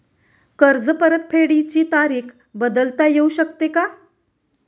कर्ज परतफेडीची तारीख बदलता येऊ शकते का?